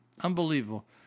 unbelievable